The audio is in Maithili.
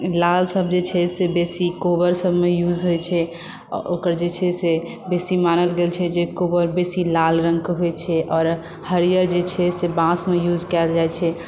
लाल सभ जे छै से बेसी कोबर सभमे युज होइ छै आओर ओकर जे छै से बेसी मानल गेल छै जे कोबर बेसी लाल रङ्गके होइ छै आओर हरिहर जे छै से बाँसमे युज कयल जाइ छै